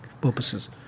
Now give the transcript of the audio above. purposes